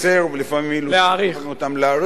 ולפעמים אילוצים שמחייבים אותם להאריך.